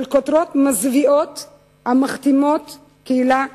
כותרות מזוויעות המכתימות קהילה שלמה.